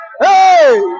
Hey